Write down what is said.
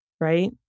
Right